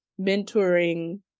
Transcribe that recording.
mentoring